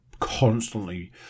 constantly